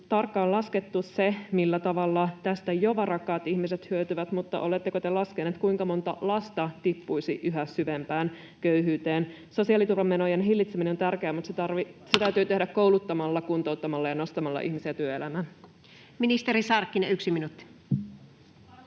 tarkkaan laskettu se, millä tavalla tästä jo varakkaat ihmiset hyötyvät, mutta oletteko te laskeneet, kuinka monta lasta tippuisi yhä syvempään köyhyyteen? Sosiaaliturvamenojen hillitseminen on tärkeää, mutta se täytyy tehdä kouluttamalla, kuntouttamalla ja nostamalla ihmisiä työelämään. [Speech 127] Speaker: Anu